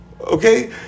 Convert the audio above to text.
okay